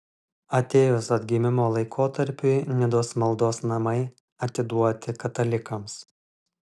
atėjus atgimimo laikotarpiui nidos maldos namai atiduoti katalikams